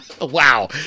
Wow